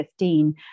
2015